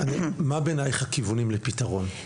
מה בעיניך הכיוונים לפתרון?